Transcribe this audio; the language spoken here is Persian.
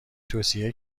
توصیه